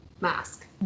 mask